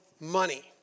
money